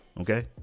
okay